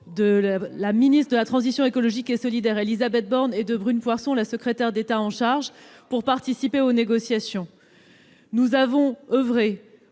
de la ministre de la transition écologique et solidaire, Élisabeth Borne, et de Brune Poirson, secrétaire d'État chargée du dossier, pour participer aux négociations. Nous avons oeuvré